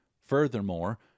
Furthermore